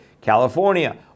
California